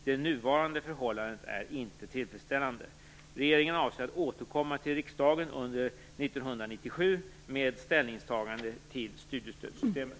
Det nuvarande förhållandet är inte tillfredsställande. Regeringen avser att återkomma till riksdagen under 1997 med ställningstagande till studiestödssystemet.